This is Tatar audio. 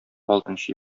алтынчы